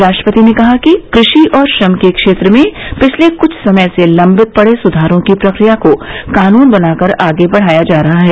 राष्ट्रपति ने कहा कि कृषि और श्रम के क्षेत्र में पिछले कृछ समय से लम्बित पड़े सुधारों की प्रक्रिया को कानून बनाकर आगे बढ़ाया जा रहा है